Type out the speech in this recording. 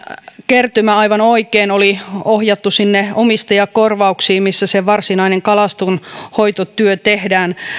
kertymä aivan oikein oli ohjattu sinne omistajakorvauksiin missä se varsinainen kalastonhoitotyö tehdään